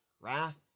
wrath